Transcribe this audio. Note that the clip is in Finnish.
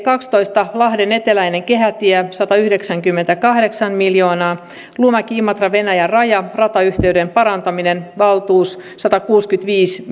kaksitoista lahden eteläinen kehätie satayhdeksänkymmentäkahdeksan miljoonaa luumäki imatra venäjän raja ratayhteyden parantaminen valtuus satakuusikymmentäviisi